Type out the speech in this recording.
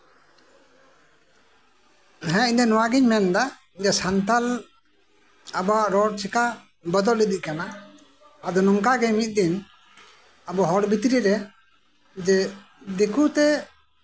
ᱦᱮᱸ ᱤᱧ ᱫᱚ ᱱᱚᱣᱟᱜᱤᱧ ᱢᱮᱱ ᱮᱫᱟ ᱥᱟᱱᱛᱟᱞ ᱟᱵᱚᱣᱟᱜ ᱨᱚᱲ ᱪᱤᱠᱟ ᱵᱚᱫᱚᱞ ᱤᱫᱤᱜ ᱠᱟᱱᱟ ᱟᱫᱚ ᱱᱚᱝᱠᱟᱜᱮ ᱢᱤᱫᱫᱤᱱ ᱟᱵᱚ ᱦᱚᱲ ᱵᱷᱤᱛᱨᱤ ᱨᱮ ᱡᱮ ᱫᱤᱠᱩᱛᱮ